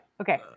okay